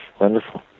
Wonderful